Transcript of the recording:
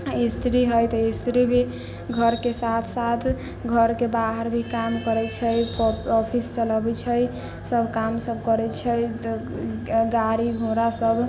स्त्री है तऽ स्त्री भी घरके साथ साथ घरके बाहर भी काम करै छै सब ऑफ़िस चलऽबै छै सब काम सब करै छै गाड़ी घोड़ा सब